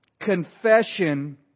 Confession